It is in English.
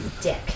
dick